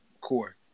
core